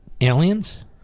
aliens